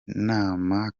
nama